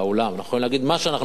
אנחנו יכולים להגיד מה שאנחנו רוצים.